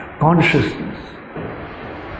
Consciousness